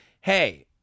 Hey